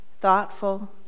thoughtful